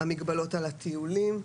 מגבלות על הטיולים,